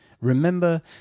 remember